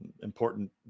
important